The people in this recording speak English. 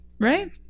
Right